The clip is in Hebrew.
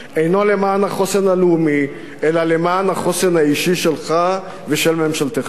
אינו למען החוסן הלאומי אלא למען החוסן האישי שלך ושל ממשלתך.